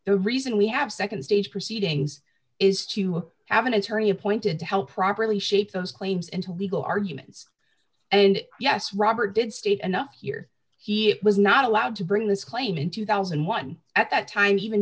the reason we have nd stage proceedings is to have an attorney appointed to help properly shape those claims into legal arguments and yes robert did state enough here he was not allowed to bring this claim in two thousand and one at that time even